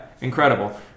incredible